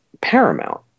paramount